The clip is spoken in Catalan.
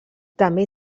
també